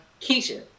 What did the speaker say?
Keisha